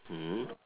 mm